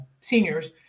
seniors